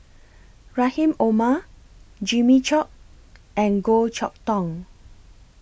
Rahim Omar Jimmy Chok and Goh Chok Tong